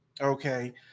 okay